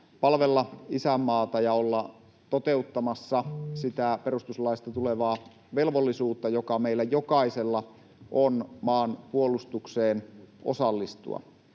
palvella isänmaata ja olla toteuttamassa sitä perustuslaista tulevaa velvollisuutta, joka meillä jokaisella on maan puolustukseen osallistua.